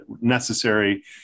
necessary